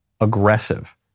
aggressive